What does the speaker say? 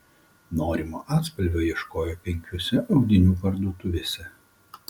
norimo atspalvio ieškojo penkiose audinių parduotuvėse